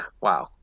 wow